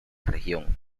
región